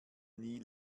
nie